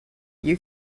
you